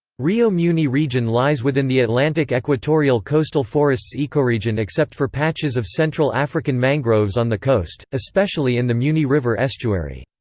rio muni region lies within the atlantic equatorial coastal forests ecoregion except for patches of central african mangroves on the coast, especially in the muni river estuary.